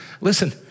listen